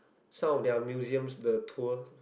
some on their museums the tour